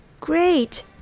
Great